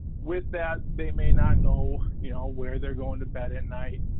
with that, they may not know you know where they're going to bed at night,